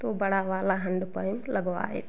तो बड़ा वाला हंड पइप लगवाए